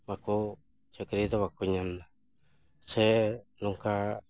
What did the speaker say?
ᱵᱟᱠᱚ ᱪᱟᱹᱠᱨᱤ ᱫᱚ ᱵᱟᱠᱚ ᱧᱟᱢᱫᱟ ᱥᱮ ᱱᱚᱝᱠᱟ